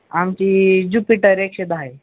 आमची ज्युपिटर एकशे दहा आहे